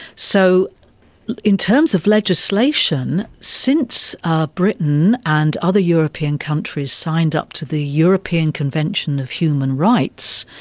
so in terms of legislation, since ah britain and other european countries signed up to the european convention of human rights,